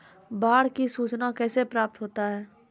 बाढ की सुचना कैसे प्राप्त होता हैं?